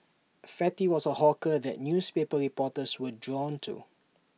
fatty was A hawker that newspaper reporters were drawn to